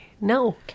no